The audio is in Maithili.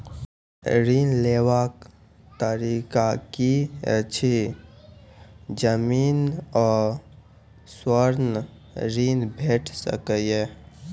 ऋण लेवाक तरीका की ऐछि? जमीन आ स्वर्ण ऋण भेट सकै ये?